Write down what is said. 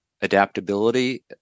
adaptability